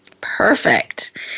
Perfect